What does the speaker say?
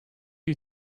you